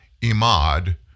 Imad